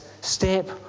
step